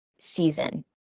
season